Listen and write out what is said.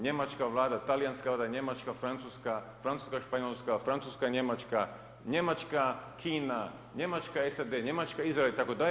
Njemačka vlada, talijanska vlada, Njemačka- Francuska, Francuska-Španjolska, Francuska-Njemačka, Njemačka-Kina, Njemačka-SAD, Njemačka-Izrael itd.